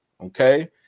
okay